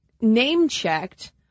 name-checked